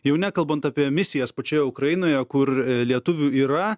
jau nekalbant apie misijas pačioje ukrainoje kur lietuvių yra